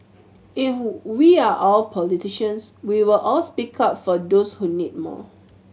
if we are all politicians we will all speak up for those who need more